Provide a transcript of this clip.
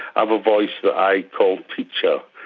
i've a voice that i call teacher,